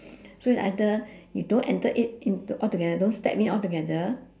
so it's either you don't enter it into altogether don't step in altogether